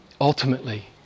Ultimately